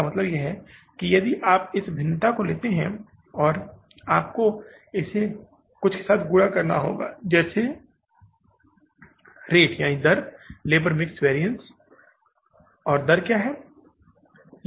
तो इसका मतलब है कि यदि आप इस भिन्नता को लेते हैं और आपको इसे कुछ के साथ गुणा करना होगा जैसे दर लेबर मिक्स वेरिएशन और दर क्या है